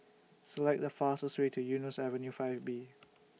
Select The fastest Way to Eunos Avenue five B